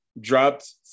dropped